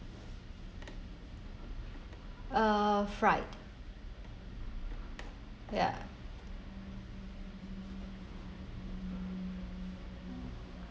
uh fried ya